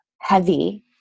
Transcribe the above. heavy